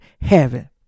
heaven